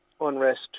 unrest